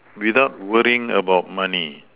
without worrying about money